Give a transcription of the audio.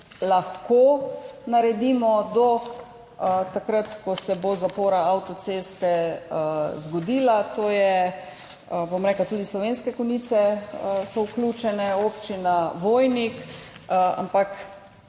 lahko naredimo do takrat, ko se bo zapora avtoceste zgodila, tudi Slovenske Konjice so vključene, Občina Vojnik, ampak